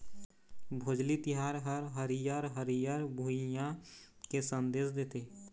भोजली तिहार ह हरियर हरियर भुइंया के संदेस देथे